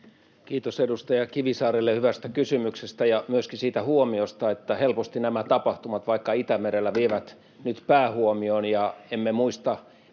Kiitos edustaja Kivisaarelle hyvästä kysymyksestä ja myöskin siitä huomiosta, että helposti nämä tapahtumat vaikkapa Itämerellä vievät nyt päähuomion ja emme muista,